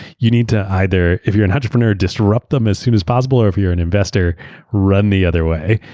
you need to either, if you're an entrepreneur disrupt them as soon as possible, or if you're an investor run the other way.